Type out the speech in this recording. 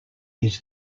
his